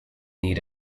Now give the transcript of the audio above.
need